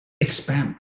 expand